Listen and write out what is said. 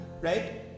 right